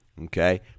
okay